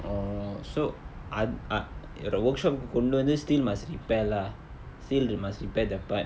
orh so ath~ ah இவர:ivara workshop கு கொண்டு வந்து:ku kondu vanthu still must repair lah still you must repair the part